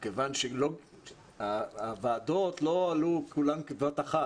כיוון שהוועדות לא עלו כולן בבת אחת,